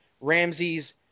Ramsey's